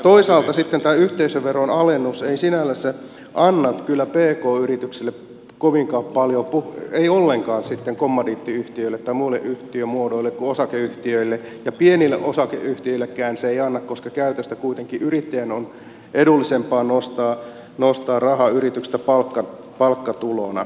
toisaalta sitten tämä yhteisöveron alennus ei sinällänsä anna kyllä pk yrityksille kovinkaan paljon ei ollenkaan sitten kommandiittiyhtiöille tai muille yhtiömuodoille kuin osakeyhtiöille ja pienille osakeyhtiöillekään se ei anna koska käytännössä kuitenkin yrittäjän on edullisempaa nostaa rahaa yrityksistä palkkatulona